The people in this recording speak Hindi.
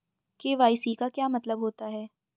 के.वाई.सी का क्या मतलब होता है?